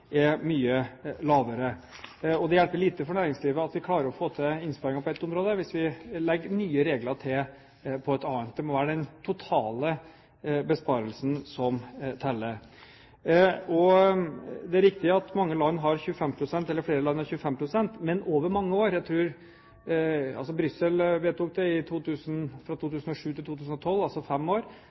er mye lavere. Det hjelper lite for næringslivet at vi klarer å få til innsparinger på ett område hvis vi legger nye regler til på et annet. Det må være den totale besparelsen som teller. Det er riktig at flere land har 25 pst., men over mange år. Brussel vedtok det fra 2007 til 2012, altså i løpet av fem år.